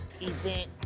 event